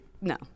No